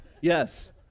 Yes